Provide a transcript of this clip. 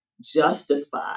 justify